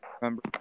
remember